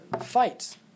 fight